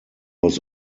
was